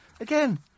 Again